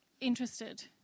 interested